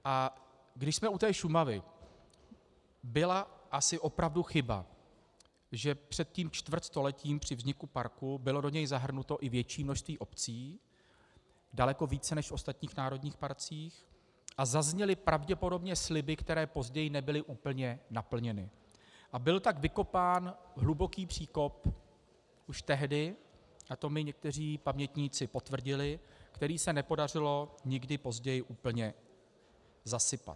A když jsme u té Šumavy, byla asi opravdu chyba, že před tím čtvrtstoletím při vzniku parku bylo do něj zahrnuto i větší množství obcí, daleko více než v ostatních národních parcích, a zazněly pravděpodobně sliby, které později nebyly úplně naplněny, a byl tak vykopán hluboký příkop už tehdy, a to mi někteří pamětníci potvrdili, který se nepodařilo nikdy později úplně zasypat.